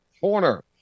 corner